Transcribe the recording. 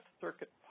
Circuit